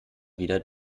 wieder